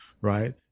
Right